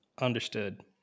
Understood